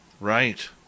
Right